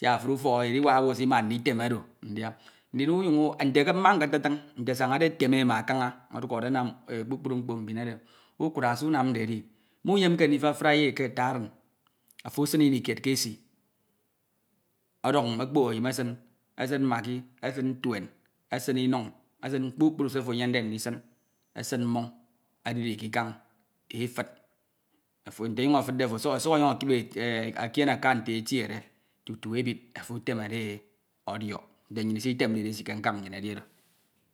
Yak efuri owu, edinak esina ntem oro ndia, ndin unyan nte mmaketatin nte asañde eteme ama kana odụkhọre anam kpukpru mbin ekin. Ukura se unamde edi muyenike ndifafn e ke ati arin ofo esin inikied ke esii oduñ, okpok eyim esin inun. esin kpukpru se ofo eyemde ndisin, esin mmomñ edidi e ke ikan, e- fud nte onyun ekudde ofo osuk onyuñ ekip ekiene eka nte etiede tutu ebid ofo etemede e. Nta nnyin isitemde edesi ke nkan nnyin edi oro.